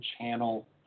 channel